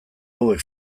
hauek